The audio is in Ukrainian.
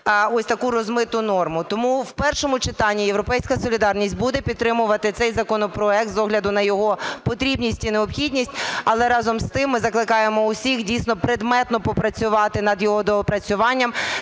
ось таку розмиту норму. Тому в першому читанні "Європейська солідарність" буде підтримувати цей законопроект з огляду на його потрібність і необхідність. Але, разом з тим, ми закликаємо усіх дійсно предметно попрацювати над його доопрацюванням